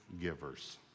givers